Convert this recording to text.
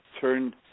turn